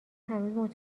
هنوز